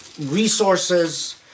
resources